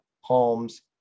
homes